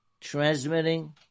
transmitting